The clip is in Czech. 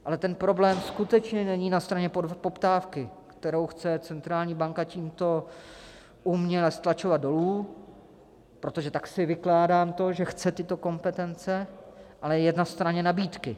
Ale problém skutečně není na straně poptávky, kterou chce centrální banka tímto uměle stlačovat dolů protože tak si vykládám to, že chce tyto kompetence ale je na straně nabídky.